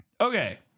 Okay